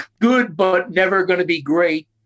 good-but-never-going-to-be-great